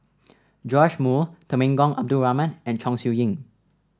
Joash Moo Temenggong Abdul Rahman and Chong Siew Ying